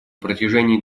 протяжении